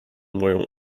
moją